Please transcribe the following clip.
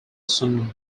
some